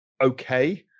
okay